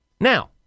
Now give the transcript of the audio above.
Now